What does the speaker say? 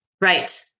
Right